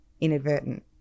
inadvertent